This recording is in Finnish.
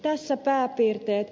tässä pääpiirteet